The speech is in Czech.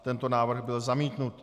Tento návrh byl zamítnut.